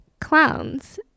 clowns